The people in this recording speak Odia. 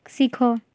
ଶିଖ